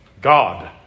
God